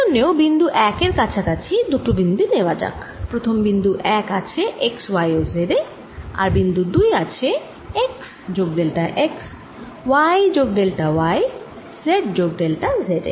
সেই জন্যও বিন্দু 1 এর কাছাকাছি দুটি বিন্দু নেওয়া যাক প্রথম বিন্দু 1 আছে x y ও z এ আর বিন্দু 2 আছে x যোগ ডেল্টা x y যোগ ডেল্টা y z যোগ ডেল্টা z এ